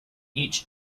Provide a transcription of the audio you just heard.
each